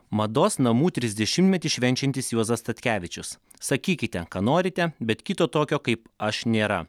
mados namų trisdešimtmetį švenčiantis juozas statkevičius sakykite ką norite bet kito tokio kaip aš nėra